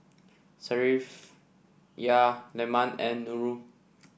Safiya Leman and Nurul